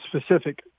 specific